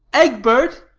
egbert!